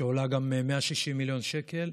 שעולה גם 160 מיליון שקל,